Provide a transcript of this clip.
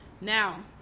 Now